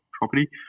property